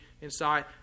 inside